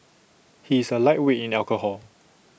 he is A lightweight in alcohol